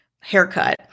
haircut